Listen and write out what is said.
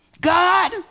God